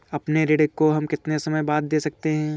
अपने ऋण को हम कितने समय बाद दे सकते हैं?